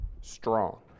strong